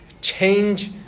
change